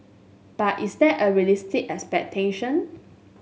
but is that a realistic expectation